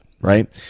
right